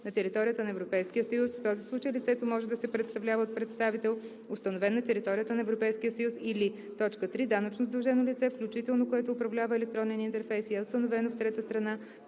на територията на Европейския съюз; в този случай лицето може да се представлява от представител, установен на територията на Европейския съюз, или“. 3. данъчно задължено лице, включително което управлява електронен интерфейс и е установено в трета страна,